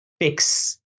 fix